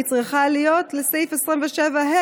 והיא צריכה להיות לסעיף 27(ה),